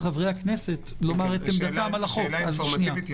שאלה אינפורמטיבית.